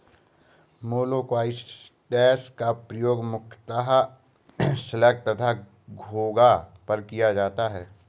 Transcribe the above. मोलॉक्साइड्स का प्रयोग मुख्यतः स्लग तथा घोंघा पर किया जाता है